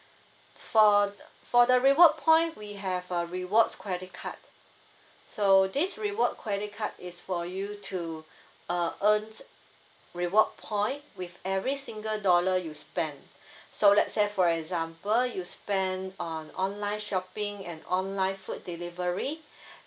for for the reward point we have a rewards credit card so this reward credit card is for you to uh earns reward point with every single dollar you spend so let's say for example you spend on online shopping and online food delivery